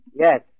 Yes